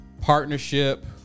Partnership